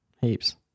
Heaps